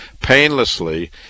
painlessly